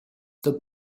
the